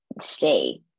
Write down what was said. stay